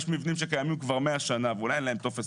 יש מבנים שקיימים כבר מאה שנים ואולי אין להם טפס